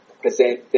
present